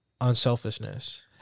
unselfishness